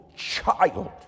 child